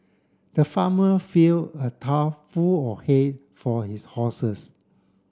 the farmer fill a trough full of hay for his horses